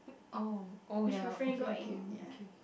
oh oh ya okay okay okay